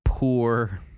Poor